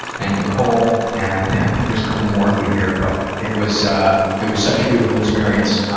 and nicole, and i think i think there's a couple more of you here. but it was it was such a beautiful experience